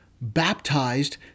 Baptized